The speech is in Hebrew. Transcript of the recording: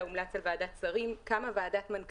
הומלץ על ועדת שרים בין-משרדית,